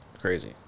crazy